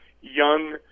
young